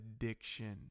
addiction